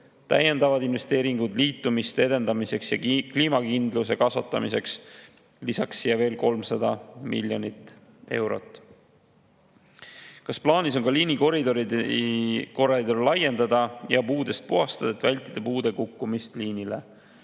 Täiendavad investeeringud liitumiste edendamiseks ja kliimakindluse kasvatamiseks lisaks siia veel 300 miljonit eurot. "Kas plaanis on ka liinikoridore laiendada ja puudest puhastada, et vältida puude kukkumist liinidele?"